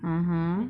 (uh huh)